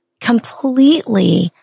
completely